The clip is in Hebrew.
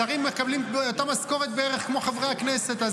שרים מקבלים את אותה משכורת בערך כמו חברי הכנסת.